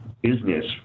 business